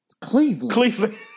Cleveland